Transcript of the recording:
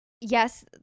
Yes